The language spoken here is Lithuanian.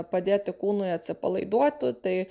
padėti kūnui atsipalaiduoti tai